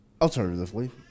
Alternatively